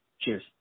Cheers